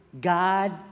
God